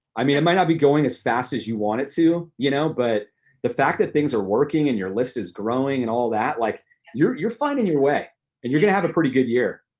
i mean it might not be going as fast as you want it to you know but the fact that things are working and your list is growing and all that, like you're finding your way and you're gonna have a pretty good year.